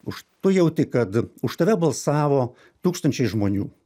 už tu jauti kad už tave balsavo tūkstančiai žmonių